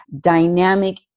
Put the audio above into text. dynamic